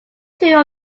two